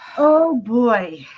oh boy.